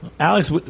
Alex